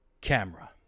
camera